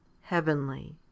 heavenly